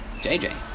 JJ